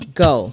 go